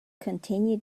continue